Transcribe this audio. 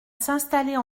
s’installer